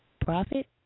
Profit